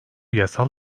yasal